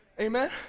Amen